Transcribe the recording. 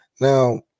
Now